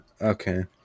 Okay